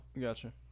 gotcha